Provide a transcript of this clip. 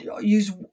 use